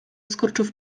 skurczów